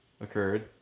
occurred